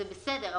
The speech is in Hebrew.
זה בסדר,